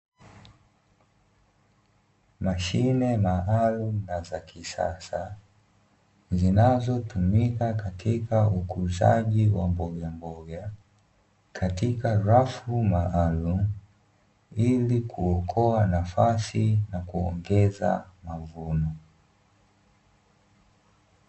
Mashine maalumu na za kisasa zinazotumika katika ukuzaji wa mbogamboga, katika rafu maalumu ili kuokoa nafasi na kuongeza mavuno.